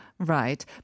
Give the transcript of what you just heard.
Right